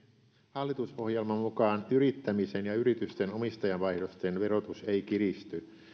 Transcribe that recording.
hallitusohjelman mukaan yrittämisen ja yritysten omistajavaihdosten verotus ei kiristy